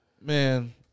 man